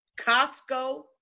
Costco